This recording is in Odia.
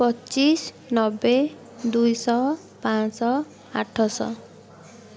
ପଚିଶ ନବେ ଦୁଇ ଶହ ପାଞ୍ଚ ଶହ ଆଠ ଶହ